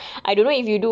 tak